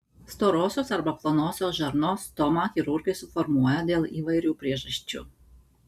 storosios arba plonosios žarnos stomą chirurgai suformuoja dėl įvairių priežasčių